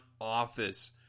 office